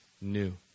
new